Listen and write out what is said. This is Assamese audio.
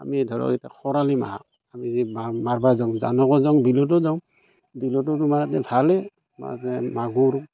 আমি ধৰক এতিয়া খৰালি মাহ আমি যে বা মাৰিব যাওঁ জানতো যাওঁ বিলতো যাওঁ বিলতো তোমাৰ এতিয়া ভালেই মানে মাগুৰ